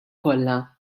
kollha